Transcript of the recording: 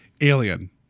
alien